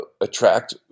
attract